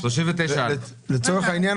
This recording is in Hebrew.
לצורך העניין,